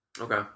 Okay